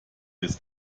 des